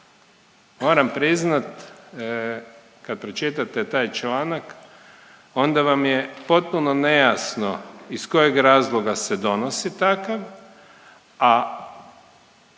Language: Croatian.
moram priznat kad pročitate taj članak onda vam je potpuno nejasno iz kojeg razloga se donosi takav, a